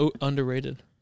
underrated